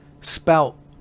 spout